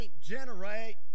generate